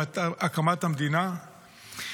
ברק לנמק את ההצעה מטעם סיעת יש עתיד,